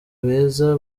beza